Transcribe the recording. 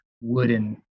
wooden